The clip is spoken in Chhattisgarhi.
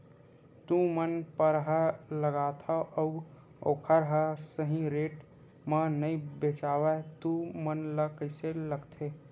तू मन परहा लगाथव अउ ओखर हा सही रेट मा नई बेचवाए तू मन ला कइसे लगथे?